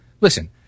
listen